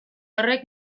horrek